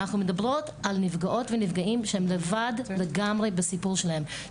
אנחנו מדברות על נפגעות ונפגעים שהם לבד לגמרי בסיפור שלהם.